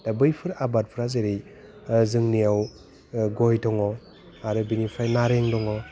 दा बैफोर आबादफोरा जेरै जोंनियाव गय दङ आरो बेनिफ्राय नारें दङ